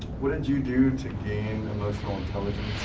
what did you do to gain emotional intelligence